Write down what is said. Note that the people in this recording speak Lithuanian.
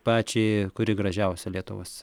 pačiai kuri gražiausia lietuvos